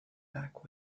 back